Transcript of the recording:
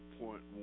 point